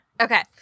Okay